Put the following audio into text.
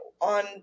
on